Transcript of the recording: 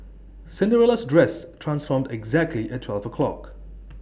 Cinderella's dress transformed exactly at twelve o'clock